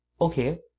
Okay